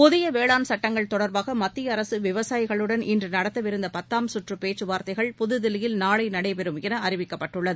புதிய வேளாண் சட்டங்கள் தொடர்பாக மத்திய அரசு விவசாயிகளுடன் இன்று நடத்தவிருந்த பத்தாம் சுற்றுப் பேச்சுவா்த்தைகள் புதுதில்லியில் நாளை நடைபெறும் என அறிவிக்கப்பட்டுள்ளது